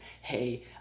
Hey